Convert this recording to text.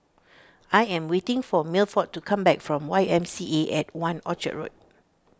I am waiting for Milford to come back from Y M C A at one Orchard